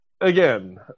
again